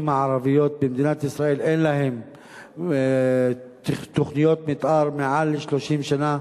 הערביים במדינת ישראל אין להם תוכניות מיתאר יותר מ-30 שנה.